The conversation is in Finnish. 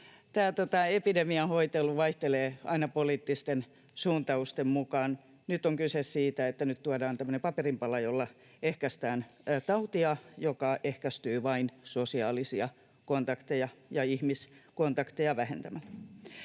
tämä epidemian hoitelu vaihtelee aina poliittisten suuntausten mukaan. Nyt on kyse siitä, että nyt tuodaan tämmöinen paperinpala, jolla ehkäistään tautia, joka ehkäistyy vain sosiaalisia kontakteja ja ihmiskontakteja vähentämällä.